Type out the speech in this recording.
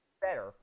better